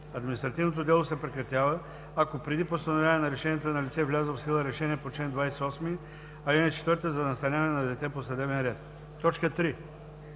Административното дело се прекратява, ако преди постановяване на решението е налице влязло в сила решение по чл. 28, ал. 4 за настаняване на дете по съдебен ред.“ 3.